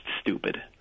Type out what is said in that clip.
stupid